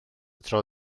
tro